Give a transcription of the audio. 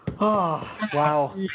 Wow